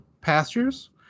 pastures